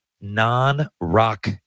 non-rock